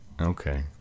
Okay